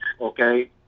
Okay